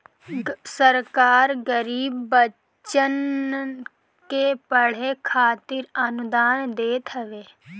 सरकार गरीब बच्चन के पढ़े खातिर अनुदान देत हवे